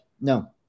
No